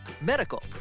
medical